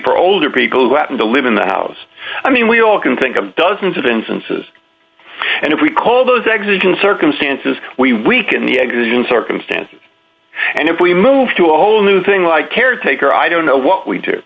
for older people who happen to live in the house i mean we all can think of dozens of instances and if we call those eggs in circumstances we weaken the eggs in circumstances and if we move to a whole new thing like caretaker i don't know what we do